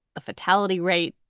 the fatality rate,